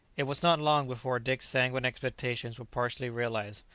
it was not long before dick's sanguine expectations were partially realized,